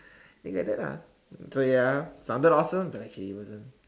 things like that lah so ya sounded awesome but actually it wasn't